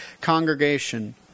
congregation